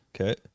Okay